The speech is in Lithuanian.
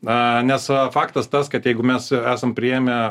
na nes faktas tas kad jeigu mes esam priėmę